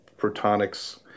protonics